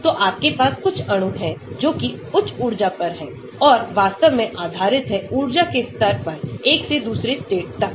तो आपके पास कुछ अणु है जोकि उच्च ऊर्जा पर हैं और वास्तव में आधारित है ऊर्जा के स्तर पर एक से दूसरे स्टेट तक